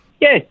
Yes